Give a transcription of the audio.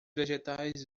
vegetais